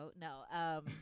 No